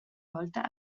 volta